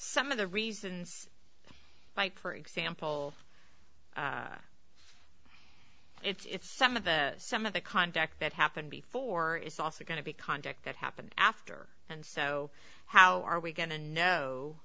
some of the reasons why for example it's some of the some of the contact that happened before is also going to be conduct that happened after and so how are we going to know